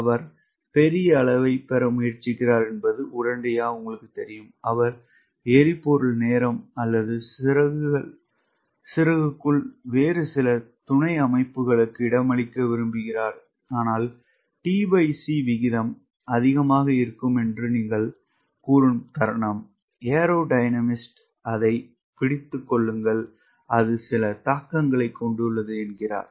அவர் பெரிய அளவைப் பெற முயற்சிக்கிறார் என்பது உடனடியாக உங்களுக்குத் தெரியும் அவர் எரிபொருள் நேரம் அல்லது சிறகுக்குள் வேறு சில துணை துணை அமைப்புகளுக்கு இடமளிக்க விரும்புகிறார் ஆனால் tc விகிதம் அதிகமாக இருக்கும் என்று நீங்கள் கூறும் தருணம் ஏரோ டைனமிஸ்ட் அதைப் பிடித்துக் கொள்ளுங்கள் அது சில தாக்கங்களைக் கொண்டுள்ளது என்கிறார்